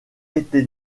été